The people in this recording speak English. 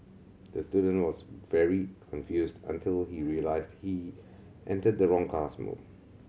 the student was very confused until he realised he entered the wrong classroom